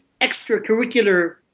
extracurricular